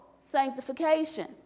sanctification